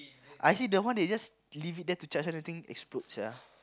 I see the one they just leave it there to charge then the thing explode sia